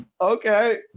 okay